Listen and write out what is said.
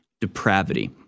depravity